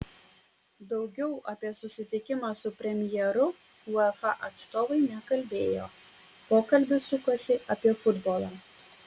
daugiau apie susitikimą su premjeru uefa atstovai nekalbėjo pokalbis sukosi apie futbolą